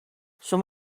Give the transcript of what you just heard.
some